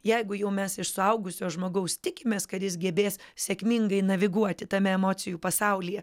jeigu jau mes iš suaugusio žmogaus tikimės kad jis gebės sėkmingai naviguoti tame emocijų pasaulyje